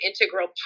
integral